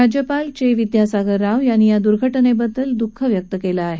राज्यपाल चे विद्यासागर राव यांनी या दुर्घटनेबद्दल दुःख व्यक्त केलं आहे